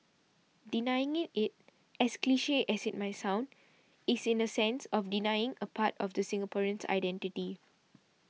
denying it as cliche as it might sound is in a sense of denying a part of the Singaporeans identity